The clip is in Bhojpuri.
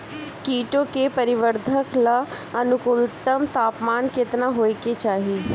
कीटो के परिवरर्धन ला अनुकूलतम तापमान केतना होए के चाही?